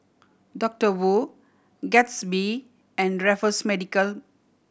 Doctor Wu Gatsby and Raffles Medical